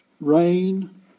rain